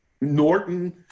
Norton